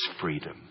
freedom